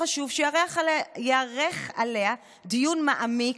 וחשוב שייערך עליה דיון מעמיק,